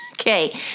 Okay